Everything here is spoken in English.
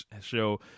show